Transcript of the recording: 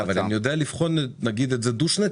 אבל אני יודע לבחון את זה נגיד דו-שנתי.